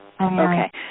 Okay